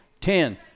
Ten